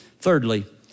Thirdly